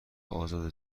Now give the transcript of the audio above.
ازاده